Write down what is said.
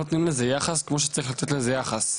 נותנים לזה יחס כמו שצריך לתת לזה יחס.